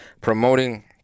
promoting